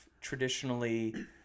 traditionally